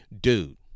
dude